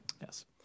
Yes